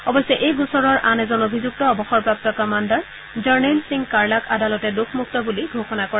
অৱশ্যে এই গোচৰৰ আন এজন অভিযুক্ত অৱসৰপ্ৰাপ্ত কমাণ্ডাৰ জৰনেইল সিং কাৰ্লাক আদালতে দোষমুক্ত বুলি ঘোষণা কৰে